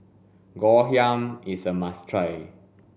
ngoh hiang is a must try